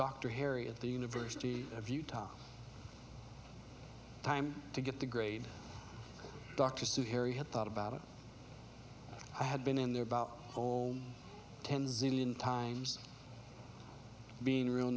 dr harry at the university of utah time to get the grade doctors to harry had thought about it i had been in there about whole ten zillion times being real